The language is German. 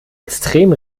extrem